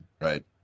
Right